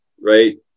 right